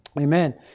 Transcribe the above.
Amen